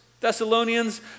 Thessalonians